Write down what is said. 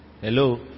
Hello